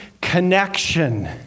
connection